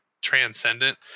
transcendent